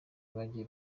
bagiye